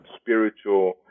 spiritual